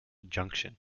junction